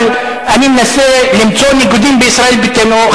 אבל אני מנסה למצוא ניגודים בישראל ביתנו.